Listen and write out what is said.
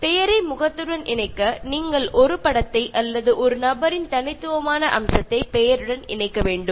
பெயரை முகத்துடன் இணைக்க நீங்கள் ஒரு படத்தை அல்லது நபரின் தனித்துவமான அம்சத்தை பெயருடன் இணைக்க வேண்டும்